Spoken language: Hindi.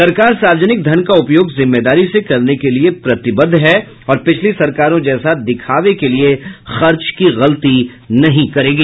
सरकार सार्वजनिक धन का उपयोग जिम्मेदारी से करने के लिए प्रतिबद्ध है और पिछली सरकारों जैसा दिखावे के लिए खर्च की गलती नहीं करेगी